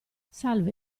salve